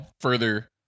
further